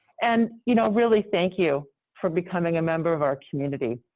and, you know, really thank you for becoming a member of our community.